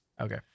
Okay